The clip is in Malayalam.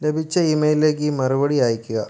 ലഭിച്ച ഇമെയിലിലേക്ക് ഈ മറുപടി അയയ്ക്കുക